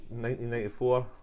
1994